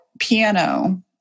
piano